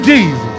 Jesus